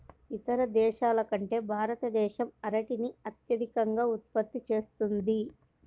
ఇతర దేశాల కంటే భారతదేశం అరటిని అత్యధికంగా ఉత్పత్తి చేస్తుంది